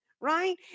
Right